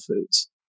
foods